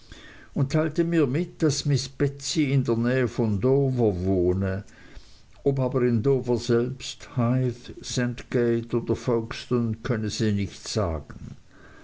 und teilte mir mit daß miß betsey in der nähe von dover wohne ob aber in dover selbst hythe sandgate oder folkstone könne sie nicht sagen